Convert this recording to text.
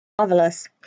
Marvelous